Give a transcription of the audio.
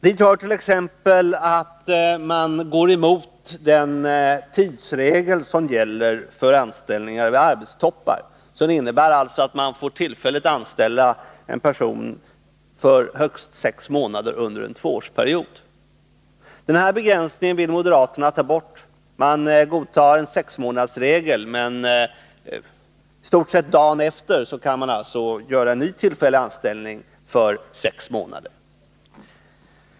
Dit hör t.ex. att man går emot den tidsregel som gäller för anställning vid arbetstoppar och som alltså innebär att man får tillfälligt anställa en person för högst sex månader under en tvåårsperiod. Denna begränsning vill moderaterna ta bort. De godtar en sexmånadersregel. Men i stort sett dagen efter anställandet kan man göra en ny tillfällig anställning för sex månader.